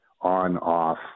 on-off